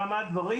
כמה דברים.